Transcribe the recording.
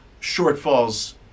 shortfalls